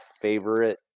favorite